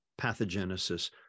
pathogenesis